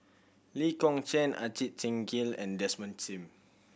Lee Kong Chian Ajit Singh Gill and Desmond Sim